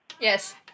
Yes